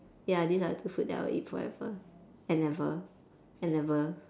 ya these are the two food that I will eat forever and ever and ever